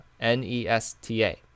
N-E-S-T-A